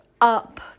up